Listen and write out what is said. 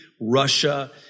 Russia